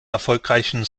erfolgreichen